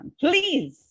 Please